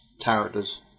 characters